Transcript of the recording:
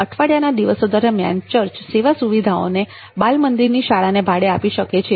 અઠવાડિયાના દિવસો દરમ્યાન ચર્ચ સેવા સુવિધાઓને બાલમંદિરની શાળાને ભાડે આપી શકે છે